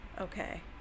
Okay